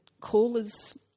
caller's